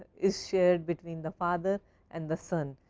is shared between the father and the son.